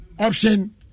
Option